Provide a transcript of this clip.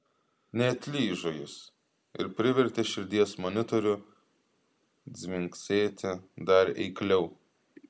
neatlyžo jis ir privertė širdies monitorių dzingsėti dar eikliau